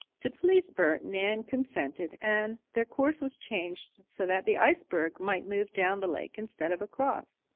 to please bert, nan consented, and their course was changed so that the ice bird might move down the lake instead of across.